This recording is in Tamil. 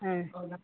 ஆ